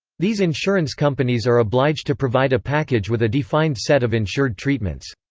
these insurance companies are obliged to provide a package with a defined set of insured treatments.